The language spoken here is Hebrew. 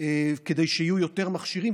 שיהיו יותר מכשירים,